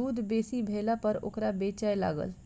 दूध बेसी भेलापर ओकरा बेचय लागल